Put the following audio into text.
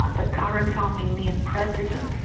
ah the current armenian president,